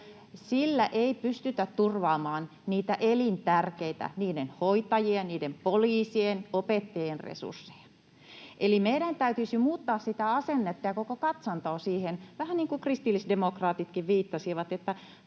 on, ei pystytä turvaamaan niitä elintärkeitä, niiden hoitajien, niiden poliisien, opettajien, resursseja. Eli meidän täytyisi muuttaa sitä asennetta ja koko katsantoa siihen, vähän niin kuin kristillisdemokraatitkin viittasivat, että